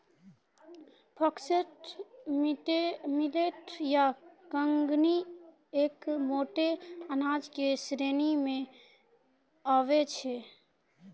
foxtail millet या कंगनी एक मोटो अनाज के श्रेणी मॅ आबै छै